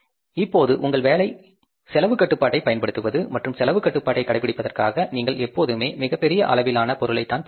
இப்போது உங்கள் வேலை செலவுக் கட்டுப்பாட்டைப் பயன்படுத்துவது மற்றும் செலவுக் கட்டுப்பாட்டைக் கடைப்பிடிப்பதற்காக நீங்கள் எப்போதுமே மிகப் பெரிய அளவிலான பொருளைத் தான் பார்ப்பீர்கள்